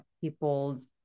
people's